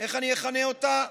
איך אני אכנה אותה,